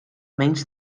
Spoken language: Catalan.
menys